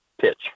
pitch